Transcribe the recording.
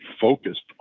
focused